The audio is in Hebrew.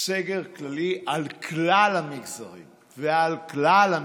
סגר כללי על כלל המגזרים ועל כלל המקצועות.